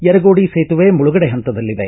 ಯರಗೋಡಿ ಸೇತುವೆ ಮುಳುಗಡೆ ಹಂತದಲ್ಲಿದೆ